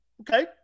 Okay